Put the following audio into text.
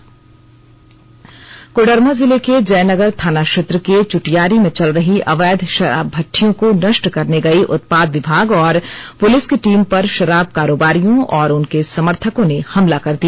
हमला कोडरमा जिले के जयनगर थाना क्षेत्र के चुटियारी में चल रही अवैध शराब भट्टियों को नष्ट करने गई उत्पाद विभाग और पुलिस की टीम पर शराब कारोबारियों और उनके समर्थकों ने हमला कर दिया